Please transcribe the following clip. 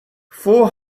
four